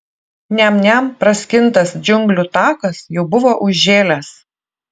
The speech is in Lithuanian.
niam niam praskintas džiunglių takas jau buvo užžėlęs